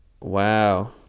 Wow